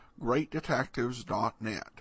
greatdetectives.net